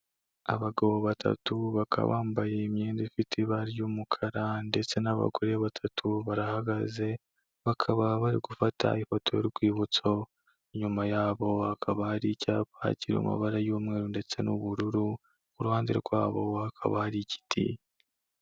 Abagabo batatu bakaba bambaye imyenda ifite ibara ry'umukara ndetse n'abagore batatu barahagaze, bakaba bari gufata ifoto y'urwibutso. Inyuma yabo hakaba hari icyapa kiri mu mabara y'umweru ndetse n'ubururu ku ruhande rwabo hakaba hari igiti.